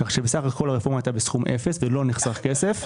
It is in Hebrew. כך שבסך הכול הרפורמה הייתה בסכום אפס ולא נחסך כסף.